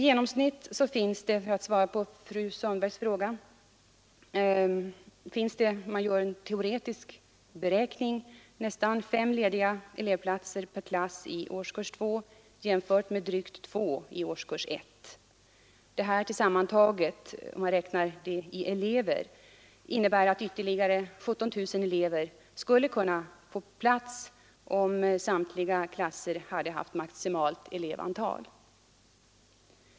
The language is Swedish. Genomsnittligt finns det — för att svara på fru Sundbergs fråga — om man gör en teoretisk beräkning nästan fem lediga elevplatser i årskurs 2 mot drygt två i årskurs 1. Detta innebär tillsammantaget, om man räknar i elever, att ytterligare 17 000 elever kunde ha fått plats, om samtliga klasser haft maximalt elevantal.